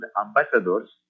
ambassadors